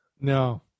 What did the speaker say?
No